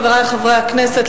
חברי חברי הכנסת,